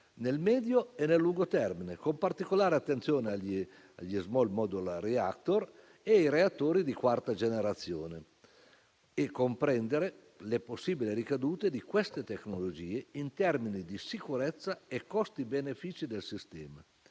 nel medio e nel lungo termine, con particolare attenzione agli *small modular reactor* e ai reattori di quarta generazione, nonché comprendere le possibili ricadute di queste tecnologie in termini di sicurezza e rapporto costi-benefici del sistema.